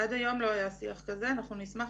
עד היום לא היה שיח כזה, אנחנו נשמח.